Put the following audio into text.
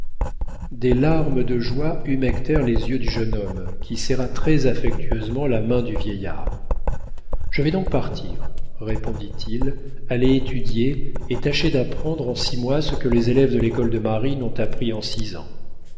des larmes de joie humectèrent les yeux du jeune homme qui serra très affectueusement la main du vieillard je vais donc partir répondit-il aller étudier et tâcher d'apprendre en six mois ce que les élèves de l'école de marine ont appris en six ans